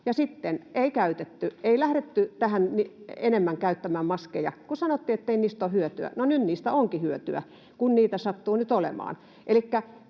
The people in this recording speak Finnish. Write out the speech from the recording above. käytetty, ei lähdetty enemmän käyttämään maskeja, kun sanottiin, ettei niistä ole hyötyä. No, nyt niistä onkin hyötyä, kun niitä sattuu nyt olemaan.